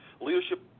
Leadership